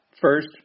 First